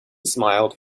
smiled